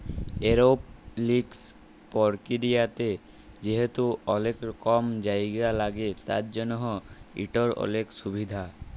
এরওপলিকস পরকিরিয়াতে যেহেতু অলেক কম জায়গা ল্যাগে তার জ্যনহ ইটর অলেক সুভিধা